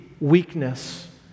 weakness